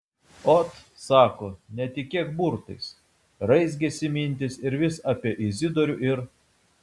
ot sako netikėk burtais raizgėsi mintys ir vis apie izidorių ir